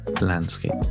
landscape